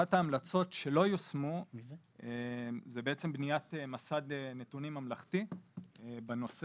אחת ההמלצות שלא יושמו זה בעצם בניית מס"ד נתונים ממלכתי בנושא,